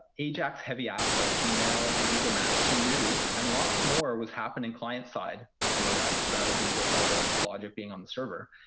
ajax-heavy apps like gmail and google maps were new. and lots more was happening client-side on the web, rather than just all the logic being on the server.